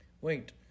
wait